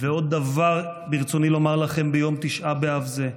"ועוד דבר ברצוני לומר לכם ביום תשעה באב זה: